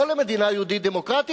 לא למדינה יהודית-דמוקרטית,